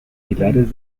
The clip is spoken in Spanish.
pilares